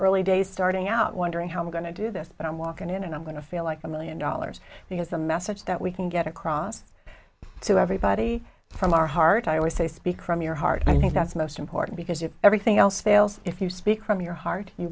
early days starting out wondering how i'm going to do this but i'm walking in and i'm going to feel like a million dollars because the message that we can get across to everybody from our heart i always say speak from your heart and i think that's most important because if everything else fails if you speak from your heart you